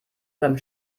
beim